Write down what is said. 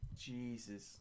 Jesus